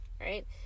Right